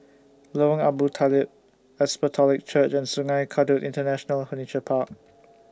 Lorong Abu Talib Apostolic Church and Sungei Kadut International Furniture Park